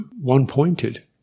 one-pointed